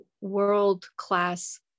world-class